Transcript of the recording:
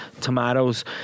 tomatoes